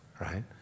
right